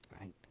right